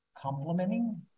complementing